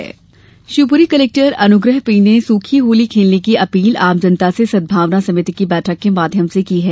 collector appeal Shivpuri collector Anugrah P ने सूखी होली खेलने की अपील आम जनता से सद्भावना समिति की बैठक के माध्यम से की है